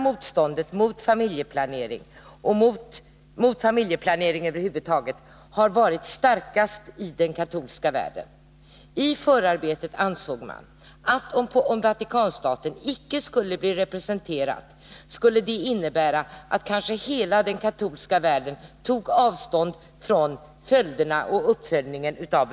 Motståndet mot familjeplanering över huvud taget har varit starkast i den katolska världen. I förarbetet ansågs, att om Vatikanstaten icke skulle bli representerad skulle det innebära att kanske hela den katolska världen tog avstånd från besluten vid befolkningskonferensen och uppföljningen av den.